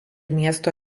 miesto